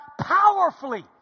powerfully